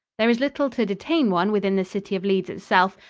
there is little to detain one within the city of leeds itself,